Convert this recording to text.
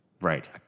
Right